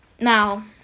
Now